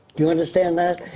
do you understand that?